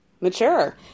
Mature